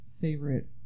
favorite